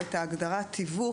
כי כל ההגדרות פה